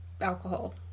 alcohol